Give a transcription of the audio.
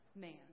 Man